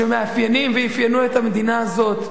שמאפיינים ואפיינו את המדינה הזאת.